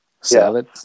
salad